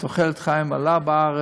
תוחלת החיים עלתה בארץ,